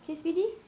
okay speedy